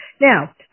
Now